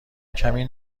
کمی